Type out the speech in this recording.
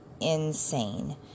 insane